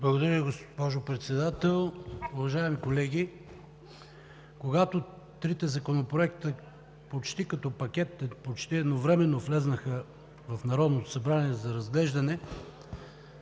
Благодаря Ви, госпожо Председател. Уважаеми колеги, когато трите законопроекта почти като пакет, почти едновременно влязоха в Народното събрание за разглеждане,